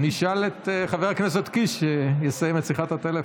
אני אשאל את חבר הכנסת קיש כשיסיים את שיחת הטלפון.